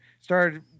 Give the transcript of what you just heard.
Started